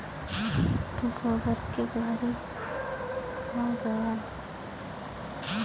गोबर के गोहरी हो गएल